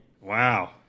Wow